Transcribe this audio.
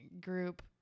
group